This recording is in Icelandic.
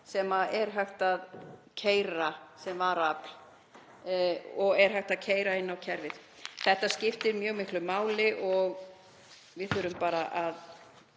sem er hægt að keyra sem varaafl og er hægt að keyra inn á kerfið. Þetta skiptir mjög miklu máli og við þurfum bara að